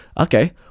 Okay